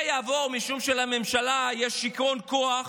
זה יעבור משום שלממשלה יש שיכרון כוח